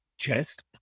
chest